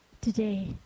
Today